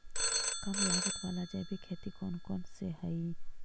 कम लागत वाला जैविक खेती कौन कौन से हईय्य?